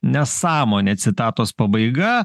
nesąmonė citatos pabaiga